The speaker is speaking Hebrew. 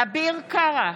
אביר קארה,